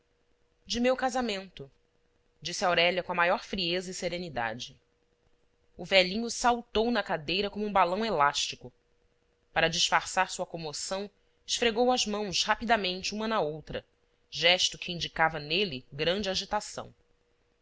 de meu casamento disse aurélia com a maior frieza e serenidade o velhinho saltou na cadeira como um balão elástico para disfarçar sua comoção esfregou as mãos rapidamente uma na outra gesto que indicava nele grande agitação